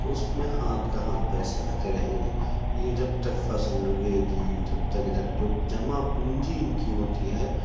تو اس میں ہاتھ کا ہاتھ پیسے آتے رہیں گے یہ جب ت فصل اگے گی جب تک جو جمع پونجی ان کی ہوتی ہے